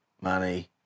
money